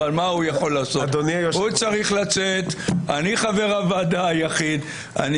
הוא צריך לצאת ואני חבר הוועדה היחיד כאן.